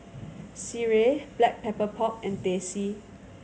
sireh Black Pepper Pork and Teh C